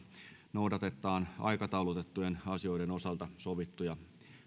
noudatetaan aikataulutettujen asioiden osalta sovittuja